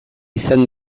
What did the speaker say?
izan